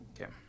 Okay